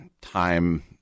time